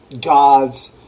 God's